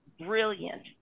brilliant